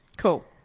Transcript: Cool